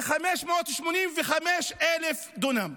ו-585,000 דונם.